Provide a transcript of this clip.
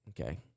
Okay